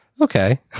Okay